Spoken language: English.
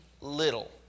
little